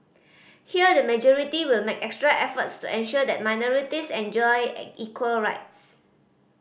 here the majority will make extra efforts to ensure that minorities enjoy equal rights